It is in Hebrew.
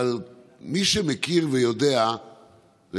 אבל מי שמכיר ויודע,